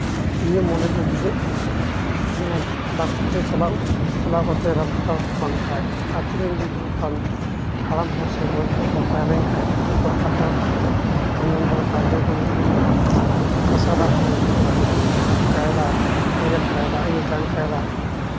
ᱤᱧᱟᱹᱜ ᱢᱚᱱᱮᱛᱮ ᱵᱩᱡᱷᱟᱹᱜ ᱠᱟᱱᱟ ᱡᱮᱢᱚᱱ ᱰᱟᱠᱛᱟᱨ ᱴᱷᱮᱱ ᱪᱟᱞᱟᱣ ᱪᱟᱞᱟᱣ ᱠᱟᱛᱮᱫ ᱨᱟᱱ ᱦᱟᱛᱟᱣ ᱵᱟᱝᱠᱷᱟᱱ ᱟᱹᱛᱩ ᱨᱮᱱ ᱡᱩᱫᱤ ᱚᱱᱠᱟᱱ ᱦᱟᱲᱟᱢ ᱦᱚᱲ ᱥᱮ ᱵᱚᱭᱦᱟ ᱠᱚᱠᱚ ᱛᱟᱦᱮᱸ ᱞᱮᱱᱠᱷᱟᱱ ᱩᱱᱠᱩᱣᱟᱜ ᱠᱟᱛᱷᱟ ᱟᱸᱡᱚᱢ ᱫᱚᱨᱠᱟᱨ ᱡᱚᱠᱷᱚᱱ ᱩᱱᱠᱩ ᱠᱚ ᱢᱮᱱᱟ ᱠᱟᱥᱟ ᱫᱟᱜ ᱧᱩᱭ ᱦᱩᱭᱩᱜᱼᱟ ᱡᱮᱢᱚᱱ ᱠᱟᱭᱨᱟ ᱵᱮᱨᱮᱞ ᱠᱟᱭᱨᱟ ᱤᱭᱟᱹ ᱡᱟᱝ ᱠᱟᱭᱨᱟ